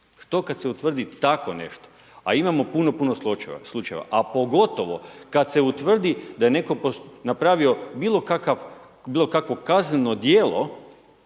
Što kada se utvrdi takvo nešto? A imamo puno, puno slučajeva, pa pogotovo kada se utvrdi da je netko napravio bilo kakvo kazneno djelo